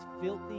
filthy